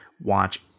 watch